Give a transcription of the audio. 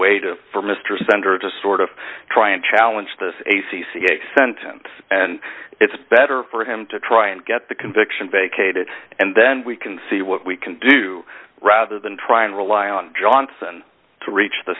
way to for mr senator to sort of try and challenge this a c c a sentence and it's better for him to try and get the conviction vacated and then we can see what we can do rather than try and rely on johnson to reach the